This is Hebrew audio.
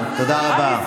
תודה רבה.